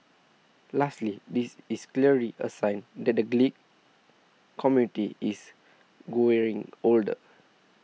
lastly this is clearly a sign that the community is growing older